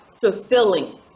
fulfilling